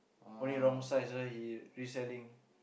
only wrong size then he reselling